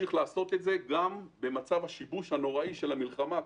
ימשיך לעשות זאת גם במצב השיבוש הנוראי של המלחמה,